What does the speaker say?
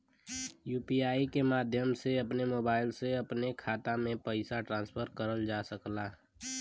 UPI के माध्यम से अपने मोबाइल से अपने खाते में पइसा ट्रांसफर करल जा सकला